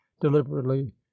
deliberately